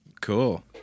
cool